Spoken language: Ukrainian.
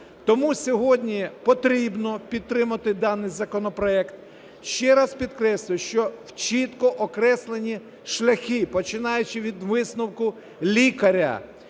Тому сьогодні потрібно підтримати даний законопроект. Ще раз підкреслюю, що чітко окреслені шляхи, починаючи від висновку лікаря,